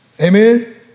Amen